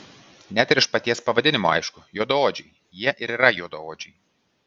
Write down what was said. net iš paties pavadinimo aišku juodaodžiai jie ir yra juodaodžiai